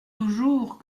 toujours